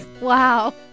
Wow